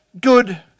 good